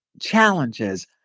challenges